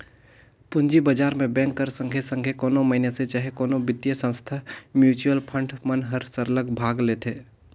पूंजी बजार में बेंक कर संघे संघे कोनो मइनसे चहे कोनो बित्तीय संस्था, म्युचुअल फंड मन हर सरलग भाग लेथे